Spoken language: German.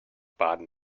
baden